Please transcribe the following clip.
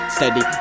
Steady